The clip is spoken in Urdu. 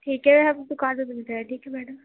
ٹھیک ہے ہم دکان پہ ملتے ہیں ٹھیک ہے میڈم